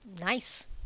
Nice